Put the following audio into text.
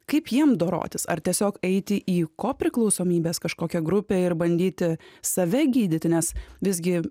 kaip jiem dorotis ar tiesiog eiti į kopriklausomybės kažkokią grupę ir bandyti save gydyti nes visgi